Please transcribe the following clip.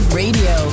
radio